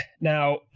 Now